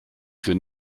für